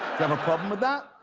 have a problem with that?